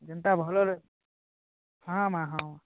ଯେନ୍ତା ଭଲ ହଁ ମା ହଁ